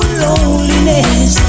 loneliness